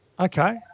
Okay